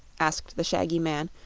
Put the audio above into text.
asked the shaggy man,